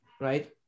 right